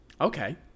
Okay